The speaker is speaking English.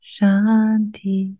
Shanti